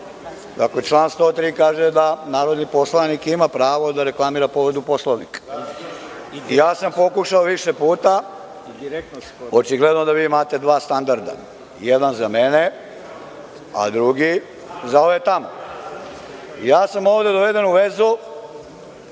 107.Dakle, član 103. kaže da narodni poslanik ima pravo da reklamira povredu Poslovnika. Ja sam pokušao više puta, ali očigledno da vi imate dva standarda, jedan za mene, a drugi za ove tamo. Ja sam ovde doveden u vezu